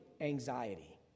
anxiety